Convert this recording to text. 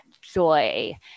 joy